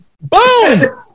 Boom